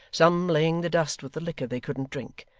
some laying the dust with the liquor they couldn't drink,